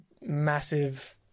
massive